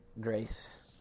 grace